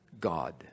God